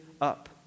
up